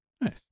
Nice